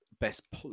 best